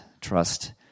trust